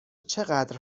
چقدر